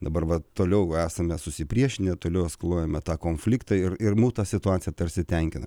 dabar va toliau esame susipriešinę toliau eskaluojame tą konfliktą ir ir mus ta situacija tarsi tenkina